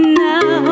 now